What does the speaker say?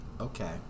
Okay